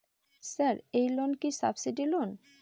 Sir এই loan কি subsidy loan?